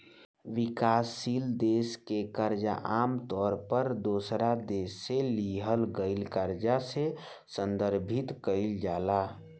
विकासशील देश के कर्जा आमतौर पर दोसरा देश से लिहल गईल कर्जा से संदर्भित कईल जाला